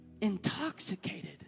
intoxicated